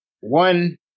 one